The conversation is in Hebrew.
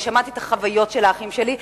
אני שמעתי את החוויות של האחים שלי,